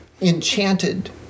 enchanted